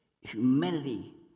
humanity